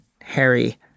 Harry